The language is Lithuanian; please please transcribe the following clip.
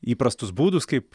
įprastus būdus kaip